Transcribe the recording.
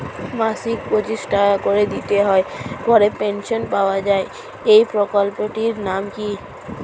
মাসিক পঁচিশ টাকা করে দিতে হয় পরে পেনশন পাওয়া যায় এই প্রকল্পে টির নাম কি?